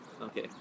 Okay